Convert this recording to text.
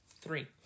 three